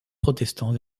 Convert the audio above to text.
protestants